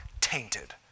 tainted